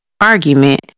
argument